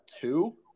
two